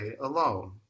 alone